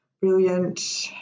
brilliant